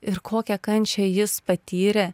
ir kokią kančią jis patyrė